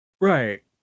Right